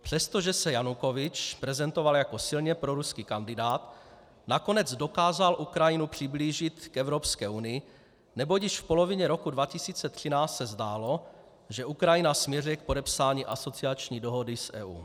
Přestože se Janukovič prezentoval jako silně proruský kandidát, nakonec dokázal Ukrajinu přiblížit k Evropské unii, neboť již v polovině roku 2013 se zdálo, že Ukrajina směřuje k podepsání asociační dohody s EU.